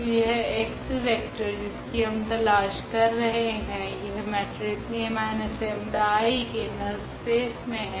तो यह x vector जिसकी हम तलाश कर रहे है यह मेट्रिक्स 𝐴−𝜆𝐼 के नल स्पेस मे है